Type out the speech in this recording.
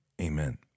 Amen